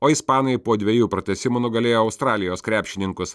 o ispanai po dviejų pratęsimų nugalėjo australijos krepšininkus